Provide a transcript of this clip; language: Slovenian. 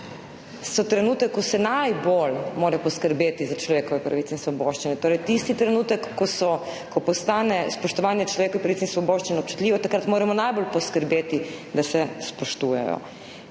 trenutek, ko se mora najbolj poskrbeti za človekove pravice in svoboščine, torej tisti trenutek, ko postane spoštovanje človekovih pravic in svoboščin občutljivo, moramo najbolj poskrbeti, da se spoštujejo.